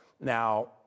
Now